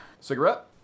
cigarette